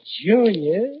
Junior